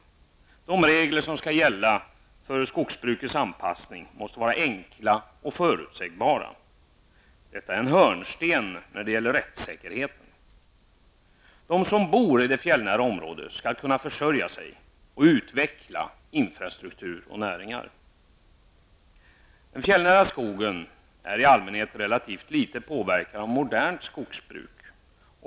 De regler som skall gälla för skogsbrukets anpassning måste vara enkla och förutsägbara. Detta är en hörnsten när det gäller rättssäkerheten. * De som bor i det fjällnära området skall kunna försörja sig och utveckla infrastruktur och näringar. Den fjällnära skogen är i allmänhet relativt litet påverkad av modernt skogsbruk.